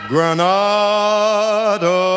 Granada